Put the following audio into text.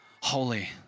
holy